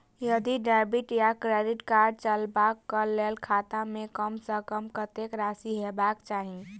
यदि डेबिट वा credit card चलबाक कऽ लेल खाता मे कम सऽ कम कत्तेक राशि हेबाक चाहि?